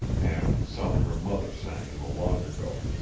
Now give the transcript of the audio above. and some her mother sang in the long ago.